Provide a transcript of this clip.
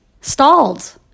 stalled